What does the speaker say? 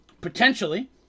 Potentially